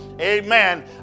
amen